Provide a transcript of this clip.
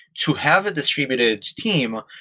to have a distributed team,